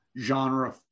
genre